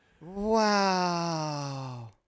Wow